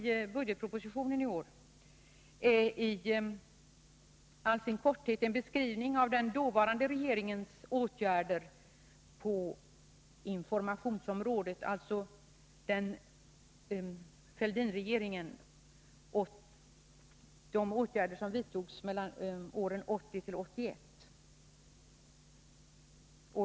7 till årets budgetproposition är i all sin korthet en beskrivning av den dåvarande Fälldinregeringens åtgärder på informationsområdet som vidtogs mellan 1980 och 1981.